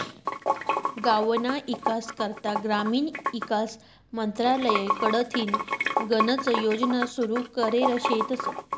गावना ईकास करता ग्रामीण ईकास मंत्रालय कडथीन गनच योजना सुरू करेल शेतस